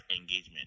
engagement